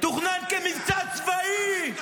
תוכנן כמבצע צבאי.